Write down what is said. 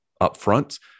upfront